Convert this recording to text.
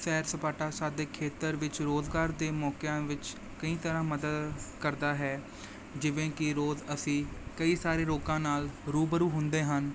ਸੈਰ ਸਪਾਟਾ ਸਾਡੇ ਖੇਤਰ ਵਿੱਚ ਰੁਜ਼ਗਾਰ ਦੇ ਮੌਕਿਆਂ ਵਿੱਚ ਕਈ ਤਰ੍ਹਾਂ ਮਦਦ ਕਰਦਾ ਹੈ ਜਿਵੇਂ ਕਿ ਰੋਜ਼ ਅਸੀਂ ਕਈ ਸਾਰੇ ਲੋਕਾਂ ਨਾਲ ਰੂਬਰੂ ਹੁੰਦੇ ਹਨ